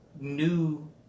new